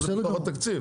זה לפחות תקציב.